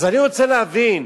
אז אני רוצה להבין,